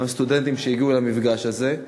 גם סטודנטים שהגיעו למפגש הזה.